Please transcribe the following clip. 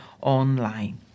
online